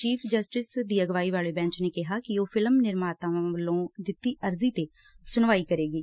chief justice ਦੀ ਅਗਵਾਈ ਵਾਲੇ ਬੈਂਚ ਨੇ ਕਿਹਾ ਕਿ ਉਹ ਫਿਲਮ ਨਿਰਮਾਤਾਵਾਂ ਵੱਲੋਂ ਦਿੱਤੀ ਅਰਜ਼ੀ ਤੇ ਸੁਣਵਾਈ ਕਰੇਗੀ